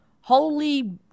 Holy